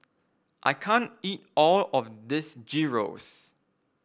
I can't eat all of this Gyros